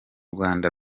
rwanda